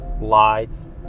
lights